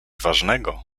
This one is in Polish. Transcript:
ważnego